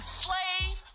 slave